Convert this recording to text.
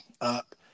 up